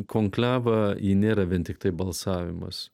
konklava ji nėra vien tiktai balsavimas